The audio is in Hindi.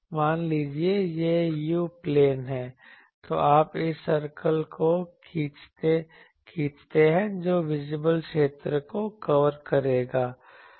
मान लीजिए यह u प्लेन है तो आप इस सर्कल को खींचते हैं जो विजिबल क्षेत्र को कवर करेगा